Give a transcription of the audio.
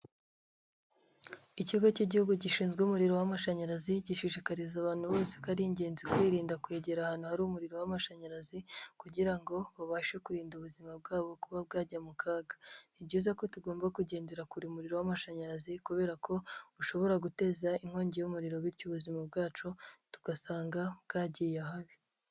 Ikigo cy'Igihugu gishinzwe umuriro w'amashanyarazi, gishishikariza abantu bose ko ari ingenzi kwirinda kwegera ahantu hari umuriro w'amashanyarazi kugira ngo babashe kurinda ubuzima bwabo kuba bwajya mu kaga. Ni byiza ko tugomba kugendera kure umuriro w'amashanyarazi kubera ko ushobora guteza inkongi y'umuriro bityo ubuzima bwacu tugasanga bwagiye ahabi.